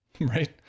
right